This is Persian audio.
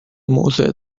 موضع